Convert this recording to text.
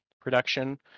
production